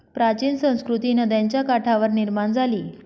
प्राचीन संस्कृती नद्यांच्या काठावर निर्माण झाली